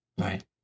Right